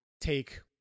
take